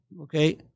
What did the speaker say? okay